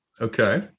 Okay